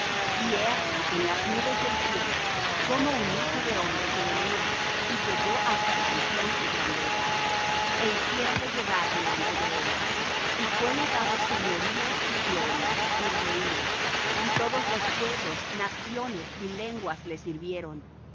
y he aquí en las nubes del cielo como un hijo de hombre que venía y llegó hasta el anciano de grande edad é hiciéronle llegar delante de él y fuéle dado señorío y gloria y reino y todos los pueblos naciones y lenguas le sirvieron